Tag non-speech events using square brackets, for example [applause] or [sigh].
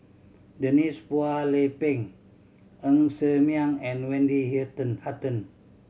Denise Phua Lay Peng Ng Ser Miang and Wendy [unintelligible] Hutton